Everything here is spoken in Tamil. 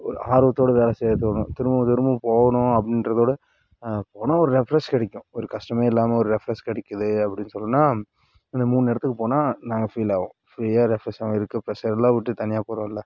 ஒரு ஆர்வத்தோட வேலை செய்ய தோணும் திரும்பவும் திரும்பவும் போகணும் அப்படின்றதோட போனால் ஒரு ரெஃப்ரெஷ் கிடைக்கும் ஒரு கஷ்டமே இல்லாமல் ஒரு ரெஃப்ரெஷ் கிடைக்குது அப்படினு சொல்லணும்னா இந்த மூணு இடத்துக்கு போனால் நாங்கள் ஃபீல் ஆவோம் ஃப்ரீயாக ரெஃப்ரெஷாக இருக்கு ப்ரெஷ்ஷர் எல்லாம் விட்டு தனியாக போகறோம்ல